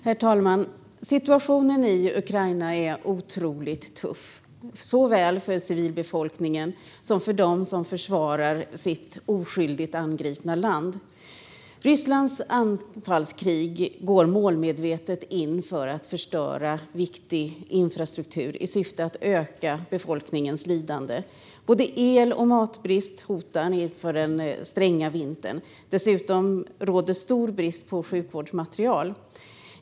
Herr talman! Situationen i Ukraina är otroligt tuff såväl för civilbefolkningen som för dem som försvarar sitt oskyldigt angripna land. Rysslands anfallskrig går målmedvetet in för att förstöra viktig infrastruktur i syfte att öka befolkningens lidande. Både el och matbrist hotar inför den stränga vintern. Dessutom råder stor brist på sjukvårdsmateriel.